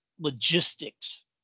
logistics